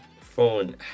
phone